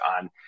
on